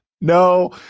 No